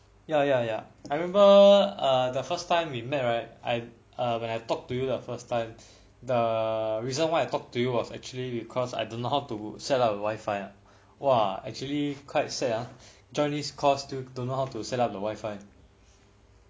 ya ya ya I remember err the first time we met right I err when I talk to you the first time the reason why I talk to you was actually because I don't know how to set up the wifi ah !wah! actually quite sad ah join this course still don't know how to set up the wifi